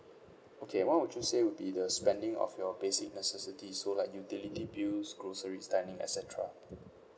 okay what would you say would be the spending of your basic necessities so like utility bills groceries dining et cetera